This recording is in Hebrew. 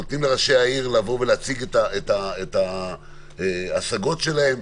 נותנים לראשי העיר להציג את ההסגות שלהם,